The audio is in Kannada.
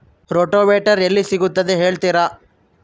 ರೋಟೋವೇಟರ್ ಎಲ್ಲಿ ಸಿಗುತ್ತದೆ ಹೇಳ್ತೇರಾ?